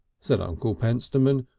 said uncle pentstemon,